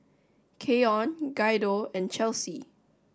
Keion Guido and Chelsi